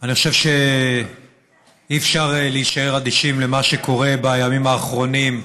אני חושב שאי-אפשר להישאר אדישים למה שקורה בימים האחרונים,